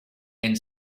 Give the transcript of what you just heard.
and